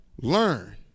learn